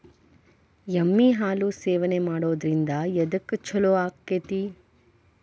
ಎಮ್ಮಿ ಹಾಲು ಸೇವನೆ ಮಾಡೋದ್ರಿಂದ ಎದ್ಕ ಛಲೋ ಆಕ್ಕೆತಿ?